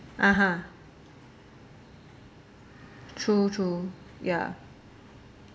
(uh huh) true true ya